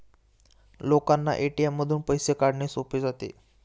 लोकांना ए.टी.एम मधून पैसे काढणे सोपे जाते